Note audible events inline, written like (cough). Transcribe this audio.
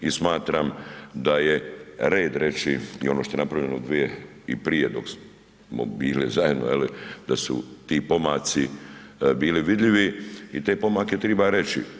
I smatram da je red reći i ono što je napravljeno ... (unintelligible) i prije dok smo bili zajedno je li, da su ti pomaci bili vidljivi i te pomake treba reći.